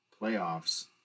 Playoffs